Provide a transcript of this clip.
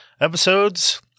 episodes